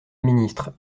ministre